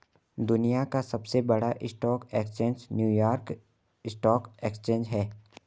दुनिया का सबसे बड़ा stock exchange New York stock exchange है